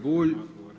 Bulj.